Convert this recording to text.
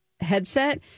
headset